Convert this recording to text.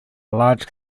large